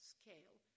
scale